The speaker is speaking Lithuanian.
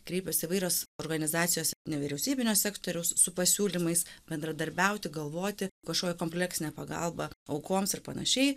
kreipiasi įvairios organizacijos nevyriausybinės sektoriaus su pasiūlymais bendradarbiauti galvoti kažkokią kompleksinę pagalbą aukoms ir panašiai